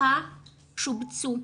פתוחה שובצו.